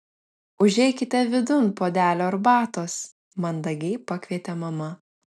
užeikite vidun puodelio arbatos mandagiai pakvietė mama